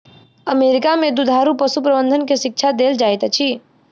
America में दुधारू पशु प्रबंधन के शिक्षा देल जाइत अछि